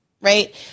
right